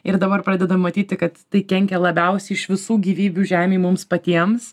ir dabar pradedam matyti kad tai kenkia labiausiai iš visų gyvybių žemėj mums patiems